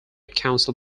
council